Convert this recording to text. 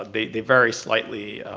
they they vary slightly.